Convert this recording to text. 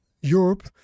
Europe